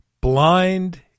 blind